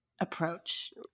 approach